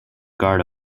guard